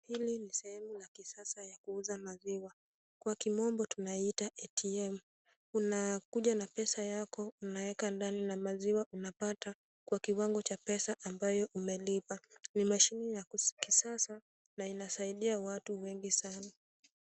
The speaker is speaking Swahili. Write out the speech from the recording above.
Hili ni sehemu la kisasa ya kuuza maziwa. Kwa kimombo tunaiita Atm . Unakuja na pesa yako unaeka ndani na maziwa unapata kwa kiwango cha pesa ambayo umelipa, ni mashini ya kisasa na inasaidia watu wengi sana.